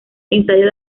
ensayo